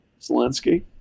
Zelensky